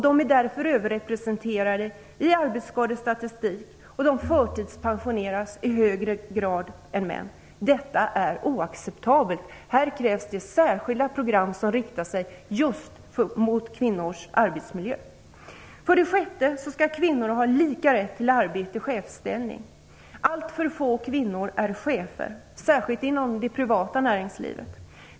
De är därför överrepresenterade i arbetsskadestatistik, och de förtidspensioneras i högre grad än män. Detta är oacceptabelt. Här krävs det särskilda program som riktar sig just mot kvinnors arbetsmiljö. För det sjätte skall kvinnor ha lika rätt till arbete i chefsställning. Alltför få kvinnor är chefer, särskilt inom det privata näringslivet.